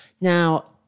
Now